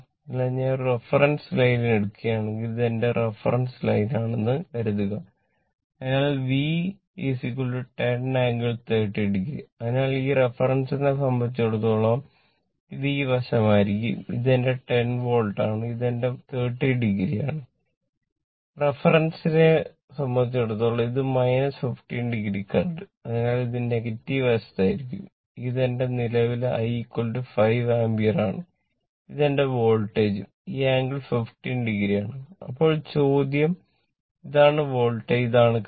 അതിനാൽ ഞാൻ ഒരു റഫറൻസ് ലൈൻ ഇതാണ് കറന്റ്